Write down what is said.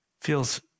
Feels